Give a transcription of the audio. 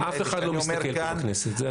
אף אחד לא מסתכל פה בכנסת, זה אני יודע.